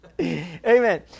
Amen